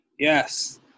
Yes